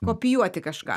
kopijuoti kažką